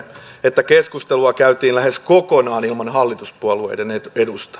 että keskustelua käytiin lähes kokonaan ilman hallituspuolueiden edustajia